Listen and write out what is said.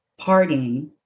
partying